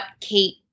Kate